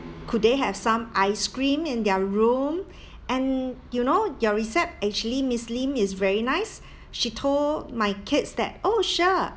could they have some ice cream in their room and you know your recept actually miss lim is very nice she told my kids that oh sure